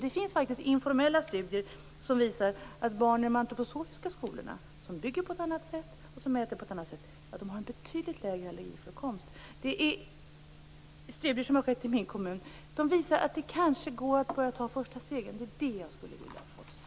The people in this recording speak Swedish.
Det finns informella studier som visar att det bland barnen i de antroposofiska skolorna, som är byggda på ett annat sätt och där man äter på ett annat sätt, har en betydligt lägre allergiförekomst. Studier i min kommun visar att det kanske går att börja ta de första stegen. Där skulle jag vilja ha besked.